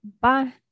bye